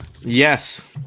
Yes